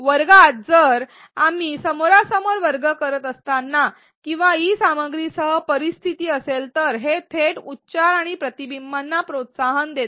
वर्गात जर आपण समोरासमोर वर्ग करत असाल किंवा ई सामग्रीसह परिस्थिती असेल तर हे थेट उच्चार आणि प्रतिबिंबांना प्रोत्साहन देते